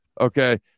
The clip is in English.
Okay